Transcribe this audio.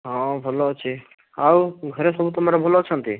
ହଁ ଭଲ ଅଛି ଆଉ ଘରେ ସବୁ ତମର ଭଲ ଅଛନ୍ତି